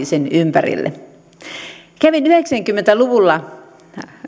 sen ympärille kävin yhdeksänkymmentä luvulla